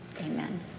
amen